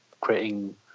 creating